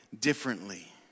differently